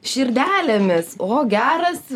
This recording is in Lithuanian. širdelėmis o geras